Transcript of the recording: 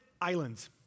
islands